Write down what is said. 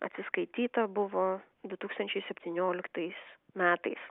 atsiskaityta buvo du tūkstančiai septynioliktais metais